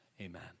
Amen